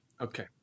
Okay